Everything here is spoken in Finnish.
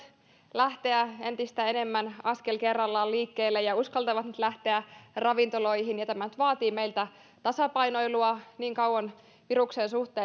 lähteä entistä enemmän askel kerrallaan liikkeelle ja uskaltavat nyt lähteä ravintoloihin on erittäin tärkeää tämä nyt vaatii meiltä tasapainoilua niin kauan